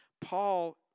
Paul